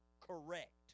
correct